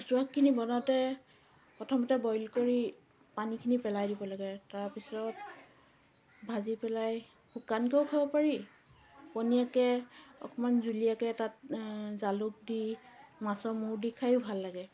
কচুশাকখিনি বনাওঁতে প্ৰথমতে বইল কৰি পানীখিনি পেলাই দিব লাগে তাৰপিছত ভাজিপেলাই শুকানকেও খাব পাৰি পনীয়াকৈ অকণমান জুলীয়াকৈ তাত জালুক দি মাছৰ মূৰ দি খায়ো ভাল লাগে